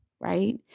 right